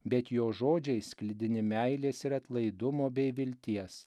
bet jo žodžiai sklidini meilės ir atlaidumo bei vilties